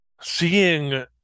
seeing